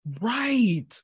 right